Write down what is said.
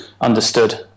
understood